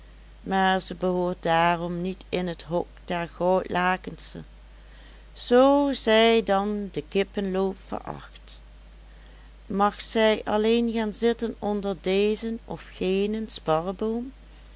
maar ze behoort daarom niet in het hok der goudlakenschen zoo zij dan den kippenloop veracht mag zij alleen gaan zitten onder dezen of genen sparreboom